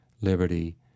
liberty